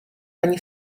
ani